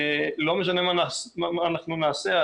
לא משנה מה אנחנו נעשה,